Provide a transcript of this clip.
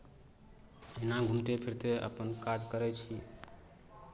एहिना घुमिते फिरिते अपन काज करै छी